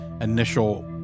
initial